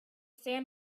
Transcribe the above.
sand